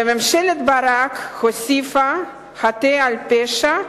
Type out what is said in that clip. וממשלת ברק הוסיפה חטא על פשע,